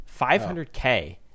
500k